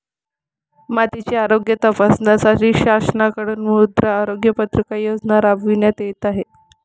मातीचे आरोग्य तपासण्यासाठी शासनाकडून मृदा आरोग्य पत्रिका योजना राबविण्यात येत आहे